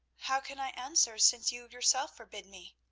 how can i answer since you yourself forbid me?